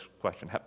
question